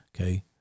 okay